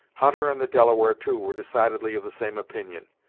hutter and the delaware, too, were decidedly of the same opinion.